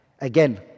Again